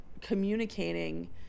communicating